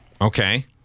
Okay